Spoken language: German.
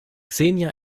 xenia